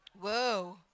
Whoa